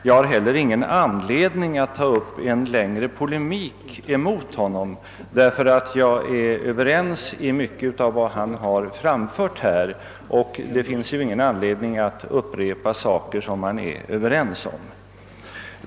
Jag har heller ingen anledning att föra en längre polemik mot inrikesministern, eftersom vi är överens om mycket av vad han yttrat. Det finns självfallet ingen orsak att beröra sådant som vi är ense om.